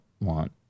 want